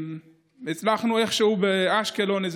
הצלחנו איכשהו באשקלון,